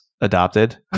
adopted